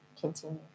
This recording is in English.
continue